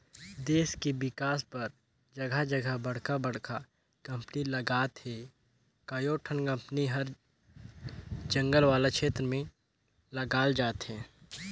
देस के बिकास बर जघा जघा बड़का बड़का कंपनी लगत हे, कयोठन कंपनी हर जंगल वाला छेत्र में लगाल जाथे